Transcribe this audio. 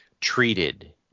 treated